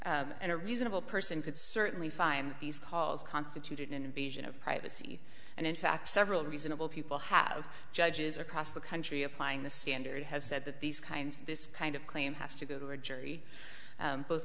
in a reasonable person could certainly find these calls constituted an invasion of privacy and in fact several reasonable people have judges across the country applying the standard have said that these kinds of this kind of claim has to go to a jury both